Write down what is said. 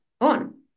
on